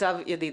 ניצב ידיד,